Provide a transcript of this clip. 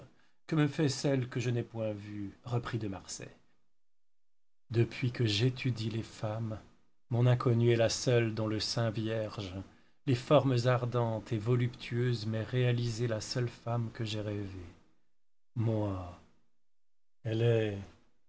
que me fait celle que je n'ai point vue reprit de marsay depuis que j'étudie les femmes mon inconnue est la seule dont le sein vierge les formes ardentes et voluptueuses m'aient réalisé la seule femme que j'aie rêvée moi elle est